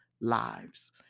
lives